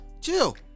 Chill